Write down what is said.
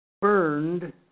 burned